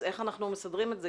אז איך אנחנו מסדרים את זה?